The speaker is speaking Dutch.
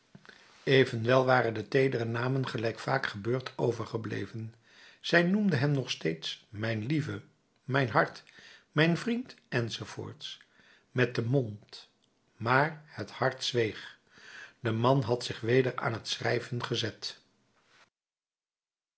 evenwel waren de teedere namen gelijk vaak gebeurt overgebleven zij noemde hem nog steeds mijn lieve mijn hart mijn vriend enz met den mond maar het hart zweeg de man had zich weder aan t schrijven gezet